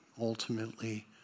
ultimately